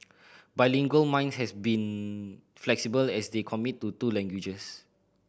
bilingual minds has been flexible as they commit to two languages